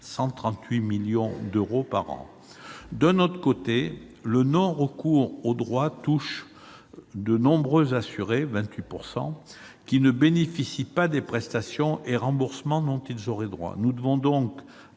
138 millions d'euros par an. D'un autre côté, le non-recours aux droits touche 28 % des assurés, qui ne bénéficient pas des prestations et des remboursements auxquels ils auraient droit. Nous devons agir